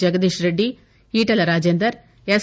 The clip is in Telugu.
జగదీష్రెడ్డి ఈటెల రాజేందర్ ఎస్